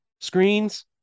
screens